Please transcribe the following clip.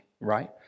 right